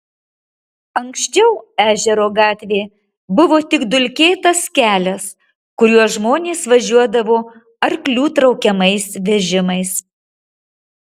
anksčiau ežero gatvė buvo tik dulkėtas kelias kuriuo žmonės važiuodavo arklių traukiamais vežimais